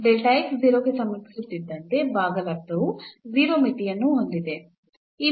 0 ಗೆ ಸಮೀಪಿಸುತ್ತಿದ್ದಂತೆ ಭಾಗಲಬ್ಧವು 0 ಮಿತಿಯನ್ನು ಹೊಂದಿದೆ